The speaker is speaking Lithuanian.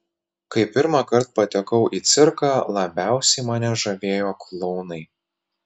kai pirmąkart patekau į cirką labiausiai mane žavėjo klounai